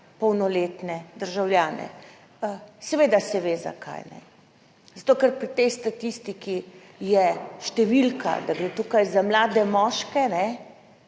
polnoletne državljane. Seveda se ve zakaj, zato ker pri tej statistiki je številka, da gre tukaj za mlade moške,